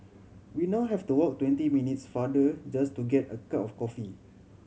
we now have to walk twenty minutes farther just to get a cup of coffee